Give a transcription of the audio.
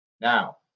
Now